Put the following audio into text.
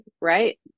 right